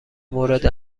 مورد